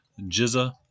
Jizza